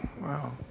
wow